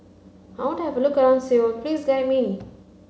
I want to have a look around Seoul Please guide me